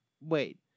Wait